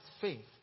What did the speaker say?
faith